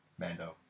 Mando